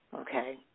okay